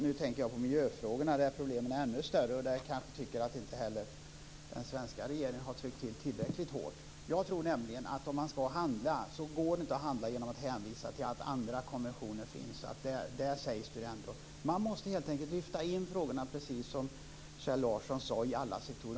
Nu tänker jag på miljöfrågorna där problemen är ännu större och där jag tycker att inte heller den svenska regeringen har tryckt på tillräckligt hårt. Jag tror nämligen att om man ska handla går det inte att handla genom att hänvisa till att andra konventioner finns och att det ändå sägs där. Man måste helt enkelt lyfta in frågorna, precis som Kjell Larsson sade, i alla sektorerna.